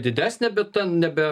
didesnė bet ten nebe